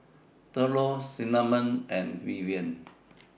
Thurlow Cinnamon and Vivian